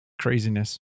craziness